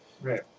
Right